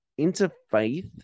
interfaith